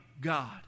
God